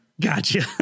Gotcha